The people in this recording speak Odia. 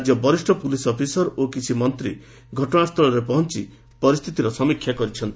ରାଜ୍ୟ ବରିଷ୍ଣ ପୁଲିସ୍ ଅଫିସର ଓ କିଛି ମନ୍ତ୍ରୀ ଘଟଣାସ୍ଥଳରେ ପହଞ୍ଚ ପରିସ୍ଥିତିର ସମୀକ୍ଷା କରିଛନ୍ତି